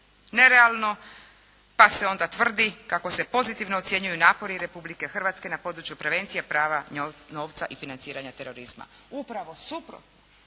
nerealno. Pa se onda tvrdi kako se pozitivno ocjenjuju napori Republike Hrvatske na području prevencije pranja novca i financiranja terorizma. Upravo suprotno,